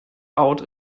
out